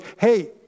hey